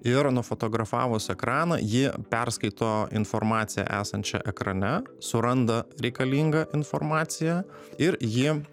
ir nufotografavus ekraną ji perskaito informaciją esančią ekrane suranda reikalingą informaciją ir ji